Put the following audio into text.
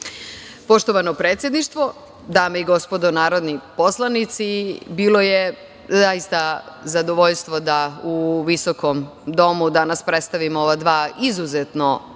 zakonom. Poštovano predsedništvo, dame i gospodo narodni poslanici, bilo je zaista zadovoljstvo da u visokom domu danas predstavim ova dva izuzetno